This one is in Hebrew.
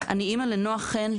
אני אמא לנועה חן,